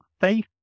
faith